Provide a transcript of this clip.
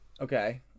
okay